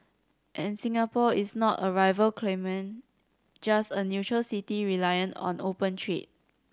and Singapore is not a rival claimant just a neutral city reliant on the open trade